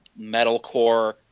metalcore